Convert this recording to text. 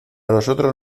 nosotros